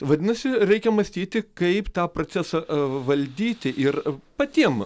vadinasi reikia mąstyti kaip tą procesą valdyti ir patiem